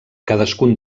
cadascun